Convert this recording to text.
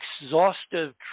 exhaustive